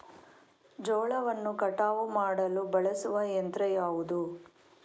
ಜೋಳವನ್ನು ಕಟಾವು ಮಾಡಲು ಬಳಸುವ ಯಂತ್ರ ಯಾವುದು?